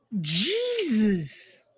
Jesus